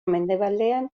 mendebaldean